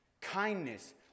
Kindness